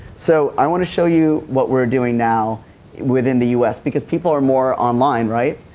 so i wanna show you what weire doing now within the us because people are more online, right?